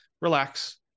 relax